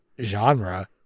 genre